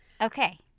Okay